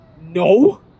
no